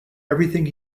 everything